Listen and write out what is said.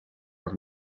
par